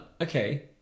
okay